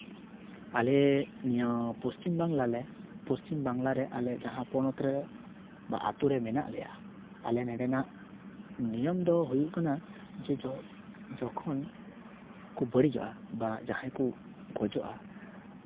ᱟᱞᱮ ᱱᱤᱭᱟᱹ ᱯᱚᱥᱪᱤᱢ ᱵᱟᱝᱞᱟ ᱨᱮ ᱯᱚᱥᱪᱤᱢ ᱵᱟᱝᱞᱟᱨᱮ ᱡᱟᱦᱟᱸ ᱯᱚᱱᱚᱛ ᱨᱮ ᱵᱟ ᱟᱹᱛᱩ ᱨᱮ ᱢᱮᱱᱟᱜ ᱞᱮᱭᱟ ᱟᱞᱮ ᱱᱚᱸᱰᱮᱱᱟᱜ ᱱᱤᱭᱚᱢ ᱫᱚ ᱦᱩᱭᱩᱜ ᱠᱟᱱᱟ ᱡᱚᱠᱷᱚᱱ ᱠᱚ ᱵᱟᱹᱲᱤᱡᱚᱜᱼᱟ ᱵᱟ ᱡᱟᱦᱟᱸᱭ ᱠᱚ ᱜᱚᱡᱚᱜᱼᱟ